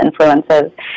influences